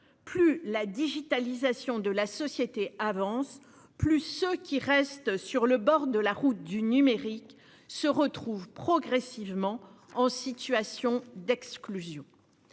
plus la digitalisation de la société avance, plus ceux qui restent sur le bord de la route du numérique se retrouvent progressivement en situation d'exclusion.